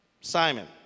Simon